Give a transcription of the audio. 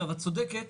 את צודקת,